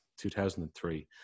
2003